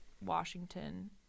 washington